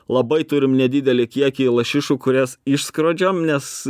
labai turim nedidelį kiekį lašišų kurias išskrodžiam nes